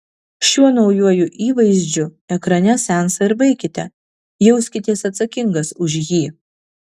šiuo naujuoju įvaizdžiu ekrane seansą ir baikite jauskitės atsakingas už jį